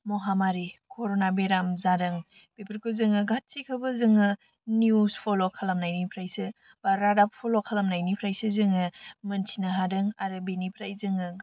महामारि corona बेराम जादों बेफोरखो जोङो गासिखौबो जोङो निउस फल' खालामनायनिफ्रायसो बा रादाब फल' खालामनायनिफ्रायसो जोङो मिथिनो हादों आरो बिनिफ्राय जोङो